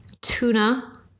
tuna